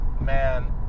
Man